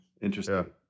Interesting